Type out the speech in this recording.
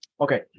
Okay